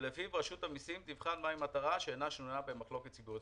שלפיו רשות המיסים תבחן מהי מטרה שאינה שנויה במחלוקת ציבורית.